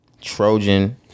Trojan